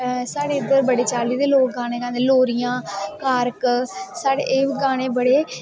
साढ़े इध्दर दे लोग बड़ी चाल्ली दे गाने गांदे लोरियां कारक साढ़े एह् बी गाने बड़े